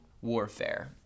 warfare